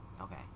Okay